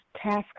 Task